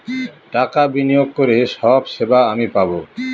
টাকা বিনিয়োগ করে সব সেবা আমি পাবো